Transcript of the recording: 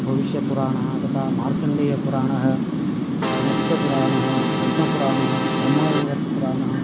भविष्यपुराणं तथा मार्कण्डेयपुराणं मत्स्यपुराणं पद्मपुराणं ब्रह्मवैवर्तपुराणं